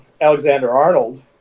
Alexander-Arnold